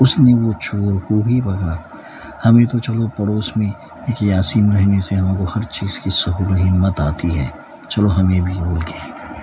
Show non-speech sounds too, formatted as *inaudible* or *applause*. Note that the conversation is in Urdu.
اس نے وہ چورکو بھی پکڑا ابھی تو چلو پڑوس میں ایک یاسین بھائی *unintelligible* سے ہر چیز کی سہو لت آتی ہے چلو ہمیں بھی بول کے